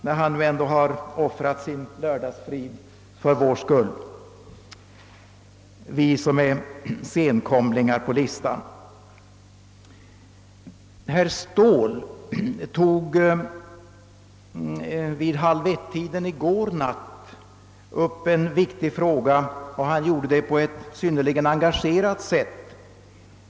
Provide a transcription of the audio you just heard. när han ändå har offrat sin lördagsfrid för oss som är senkomlingar på talarlistan. Herr Ståhl tog vi halv ett-tiden i går natt upp en viktig fråga, och han gjorde det på ett synnerligen engagerat sätt.